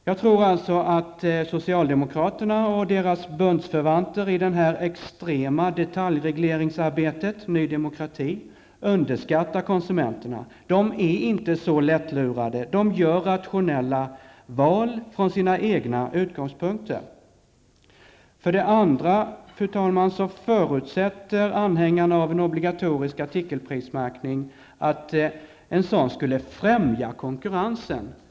Jag tror att socialdemokraterna -- och deras bundsförvanter i det här extrema detaljregleringsarbetet, Ny Demokrati -- underskattar konsumenterna. De är inte så lättlurade. De gör rationella val utifrån sina egna utgångspunkter. För det andra, fru talman, förutsätter anhängarna av en obligatorisk artikelprismärkning att en sådan skulle främja konkurrensen.